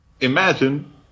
Imagine